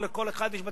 לכל אחד יש תיאטרון,